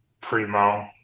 Primo